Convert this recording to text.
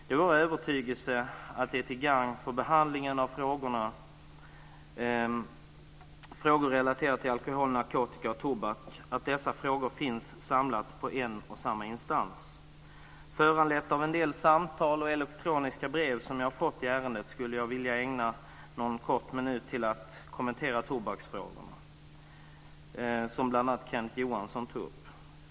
Det är vår övertygelse att det är till gagn för behandlingen att frågor relaterade till alkohol, narkotika och tobak är samlade på en och samma instans. Med anledning av en del samtal och elektroniska brev jag har fått i ärendet skulle jag vilja ägna någon kort minut till att kommentera de tobaksfrågor som bl.a. Kenneth Johansson tog upp.